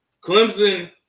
Clemson